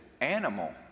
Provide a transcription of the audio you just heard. animal